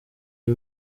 iyi